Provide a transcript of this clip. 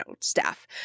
staff